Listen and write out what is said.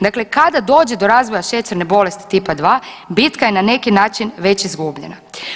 Dakle kada dođe do razvoja šećerne bolesti tipa 2 bitka je na neki način već izgubljena.